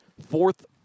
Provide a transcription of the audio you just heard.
fourth